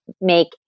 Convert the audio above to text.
make